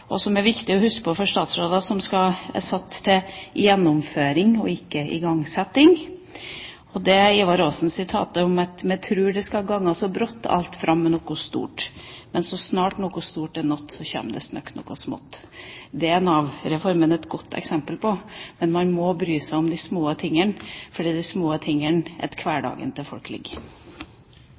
som det er viktig å huske på for statsråder som er satt til gjennomføring og ikke til igangsetting. Det er et sitat fra Ivar Aasen: «Dei tru, det skal ganga so fort alt fram til nokot stort. Men so tidt nokot stort er naatt, so kjem det stødt nokot smaatt.» Det er Nav-reformen et godt eksempel på. Man må bry seg om de små tingene, for det er de små tingene hverdagen til folk